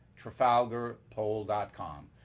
trafalgarpoll.com